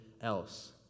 else